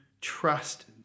trust